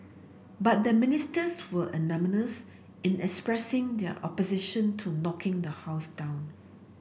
but the Ministers were unanimous in expressing their opposition to knocking the house down